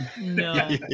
no